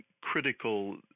Critical